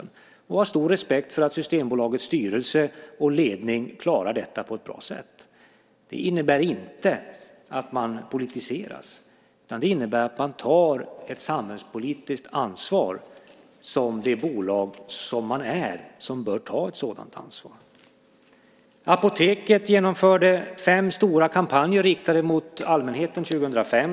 Jag har också stor respekt för att Systembolagets styrelse och ledning klarar detta på ett bra sätt. Det innebär inte att man politiseras, utan det innebär att man tar ett samhällspolitiskt ansvar som det bolag man är som bör ta ett sådant ansvar. Apoteket genomförde fem stora kampanjer riktade mot allmänheten 2005.